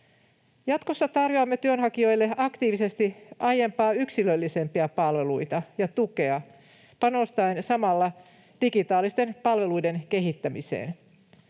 Jatkossa tarjoamme työnhakijoille aktiivisesti aiempaa yksilöllisempiä palveluita ja tukea panostaen samalla digitaalisten palveluiden kehittämiseen.